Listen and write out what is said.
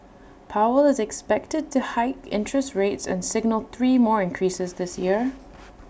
powell is expected to hike interest rates and signal three more increases this year